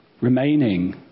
remaining